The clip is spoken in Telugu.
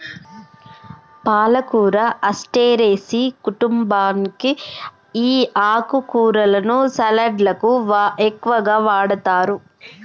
పాలకూర అస్టెరెసి కుంటుంబానికి ఈ ఆకుకూరలను సలడ్లకు ఎక్కువగా వాడతారు